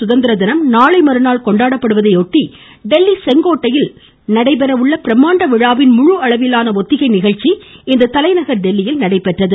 சுதந்திரதினம் நாட்டின் கொண்டாடப்படுவதையொட்டி தில்லி செங்கோட்டையில் நடைபெறும் பிரம்மாண்ட விழாவின் முழு அளவிலான ஒத்திகை நிகழ்ச்சி இன்று தலைநகர் தில்லியில் நடைபெற்றது